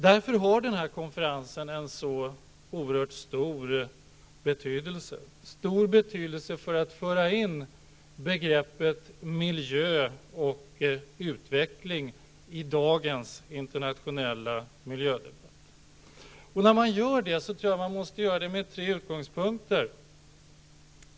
Därför har denna konferens en så oerhört stor betydelse, stor betydelse för att föra in begreppet miljö och utveckling i dagens internationella miljödebatt. När man gör det tror jag att man måste göra det utifrån tre utgångspunkter.